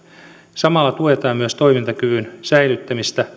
samalla tuetaan myös toimintakyvyn säilyttämistä